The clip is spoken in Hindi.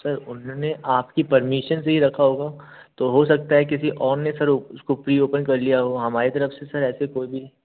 सर उन्होंने आपकी परमीशन से ही रखा होगा तो हो सकता है किसी और ने सर उसको प्री ओपन कर लिया हो हमारी तरफ़ से ऐसे कोई भी